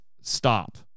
stop